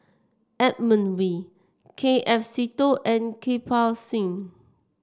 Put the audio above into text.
Edmund Wee K F Seetoh and Kirpal Singh